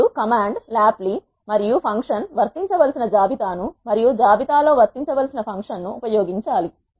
మీరు command lapply మరియు function వర్తించవలసిన జాబితా ను మరియు జాబితా లో వర్తించవలసిన ఫంక్షన్ను ఉపయోగించాలి